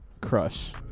crush